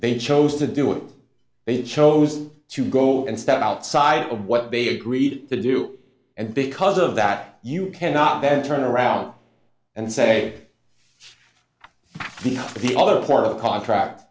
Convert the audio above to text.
they chose to do it they chose to go and step outside of what they agreed to do and because of that you cannot then turn around and say the the other part of a contract